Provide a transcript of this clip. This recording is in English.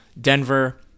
Denver